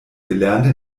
gelernte